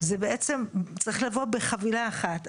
זה בעצם צריך לבוא בחבילה אחת,